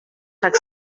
rhag